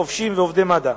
חובשים ועובדי מד"א.